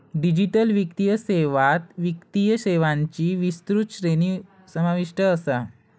digital वित्तीय सेवात वित्तीय सेवांची विस्तृत श्रेणी समाविष्ट असा